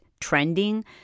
trending